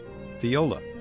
viola